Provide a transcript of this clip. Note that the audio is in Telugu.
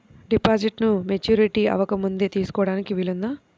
డిపాజిట్ను మెచ్యూరిటీ అవ్వకముందే తీసుకోటానికి వీలుందా?